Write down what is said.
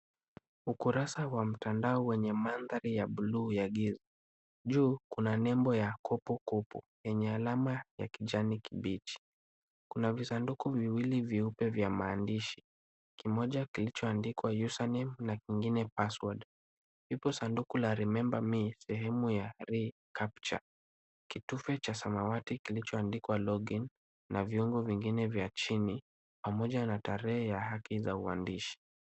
Ukurasa wa mtandao wenye ukurasa wenye mandhari ya bluu. Juu kuna alama ya kopokopo yenye alama ya kijani kibichi. Kuna visanduku viwili vyeupe vya maandishi. Kimoja kimeandikwa username na kingine Password. Lipo sanduku la Remember me na la Recapture. Kitufe cha samawati kilichoandikwa log in na kitufe pamoja na tarehe na hati za uandishi.